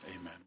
amen